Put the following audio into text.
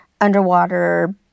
underwater